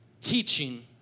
teaching